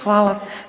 Hvala.